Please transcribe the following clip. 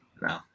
No